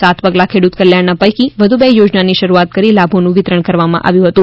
સાત પગલા ખેડૂત કલ્યાણના પૈકી વધુ બે યોજનાની શરૂઆત કરી લાભોનું વિતરણ કરવામાં આવ્યું હતું